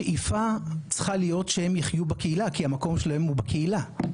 השאיפה צריכה להיות שהם יחיו בקהילה כי המקום שלהם הוא בקהילה.